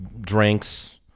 drinks